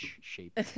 shape